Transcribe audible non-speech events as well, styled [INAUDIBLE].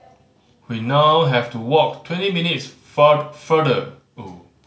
we now have to walk twenty minutes [UNINTELLIGIBLE] farther [UNINTELLIGIBLE]